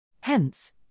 Hence